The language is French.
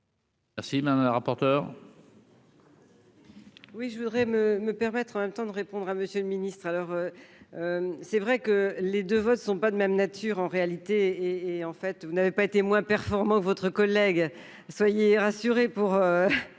Merci madame la rapporteure.